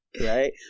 right